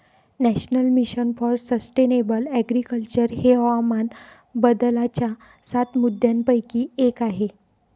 national mission for sustainable agriculture हे हवामान बदलाच्या सात मुद्यांपैकी एक आहे